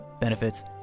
benefits